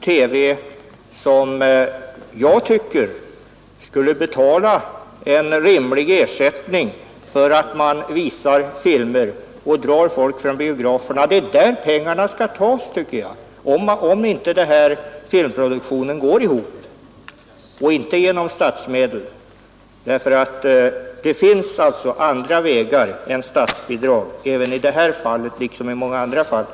Sveriges Radio-TV borde betala en rimlig ersättning för att få visa filmer, eftersom man därigenom drar folk från biograferna. Det är därifrån pengarna skall tas, om filmproduktionen inte går ihop — inte genom statsmedel. Det finns alltså i detta liksom i många övriga fall andra vägar att gå än att tillgripa statsbidrag.